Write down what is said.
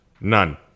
None